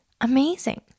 amazing